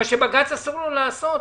מה שאסור לבג"ץ לעשות.